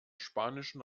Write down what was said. spanischen